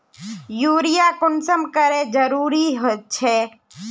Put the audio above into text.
Urea कुंसम करे जरूरी छै?